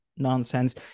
nonsense